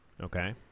Okay